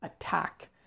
attack